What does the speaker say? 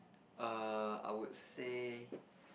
err I would say